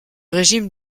régime